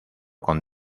con